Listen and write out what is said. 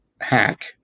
hack